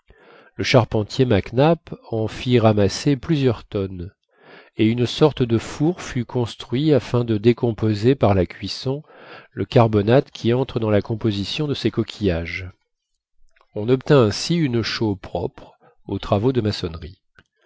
le charpentier mac nap en fit ramasser plusieurs tonnes et une sorte de four fut construit afin de décomposer par la cuisson le carbonate qui entre dans la composition de ces coquilles on obtint ainsi une chaux propre aux travaux de maçonnerie